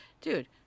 dude